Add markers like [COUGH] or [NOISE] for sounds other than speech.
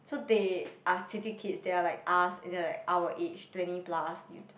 so they are city kids they're like us is like our age twenty plus [NOISE]